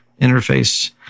interface